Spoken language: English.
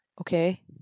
Okay